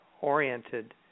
oriented